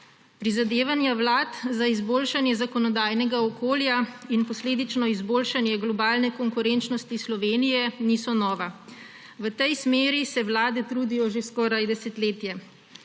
Prizadevanja vlad za izboljšanje zakonodajnega okolja in posledično izboljšanje globalne konkurenčnosti Slovenije niso nova. V tej smeri se vlade trudijo že skoraj desetletje,